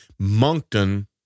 Moncton